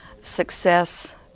success